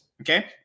okay